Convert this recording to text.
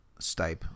Stipe